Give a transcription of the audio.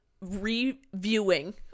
reviewing